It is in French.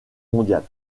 mondiale